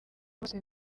bose